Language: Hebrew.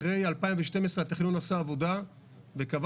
אחרי 2012 התכנון עשה עבודה וקבע